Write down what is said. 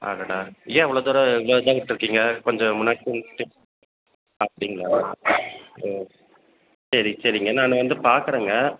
அடடா ஏன் இவ்வளோ தூரம் அசால்ட்டாக விட்ருக்கிங்க கொஞ்சம் முன்னாடியே அப்படிங்களா சரி சரி சரிங்க நான் வந்து பார்க்கறேங்க